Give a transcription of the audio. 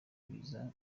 biza